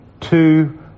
two